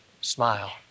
smile